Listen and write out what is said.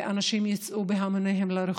ואנשים יצאו בהמוניהם לרחובות,